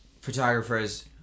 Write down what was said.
photographers